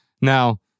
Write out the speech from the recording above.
Now